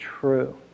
true